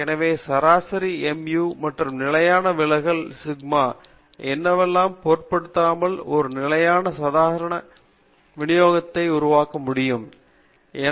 எனவே சராசரி mu மற்றும் நிலையான விலகல் சிக்மா என்னவெல்லாம் பொருட்படுத்தாமல் ஒரு நிலையான சாதாரண விநியோகத்தை உருவாக்க விரும்புகிறோம்